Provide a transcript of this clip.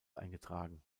eingetragen